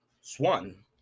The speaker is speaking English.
Swan